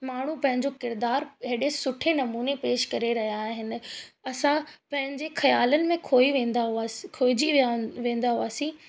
माण्हू पंहिंजो किरदारु एॾे सुठे नमूने पेश करे रहिया आहिनि असां पंहिंजे ख़्यालनि में खोई वेंदा हुआसीं खोइजी वेंदा हुआसीं